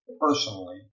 personally